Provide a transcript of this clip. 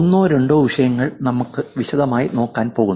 ഒന്നോ രണ്ടോ വിഷയങ്ങൾ നമ്മൾ വിശദമായി നോക്കാൻ പോകുന്നു